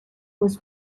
was